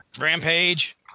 Rampage